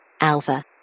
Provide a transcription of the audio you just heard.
Alpha